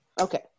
Okay